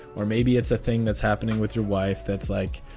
or maybe it's a thing that's happening with your wife. that's like,